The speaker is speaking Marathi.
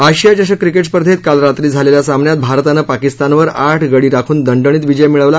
आशिया चषक क्रिकेठ स्पर्धेत काल रात्री झालेल्या सामन्यात भारतानं पाकिस्तानवर आठ गडी राखून दणदणीत विजय मिळवला